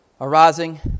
arising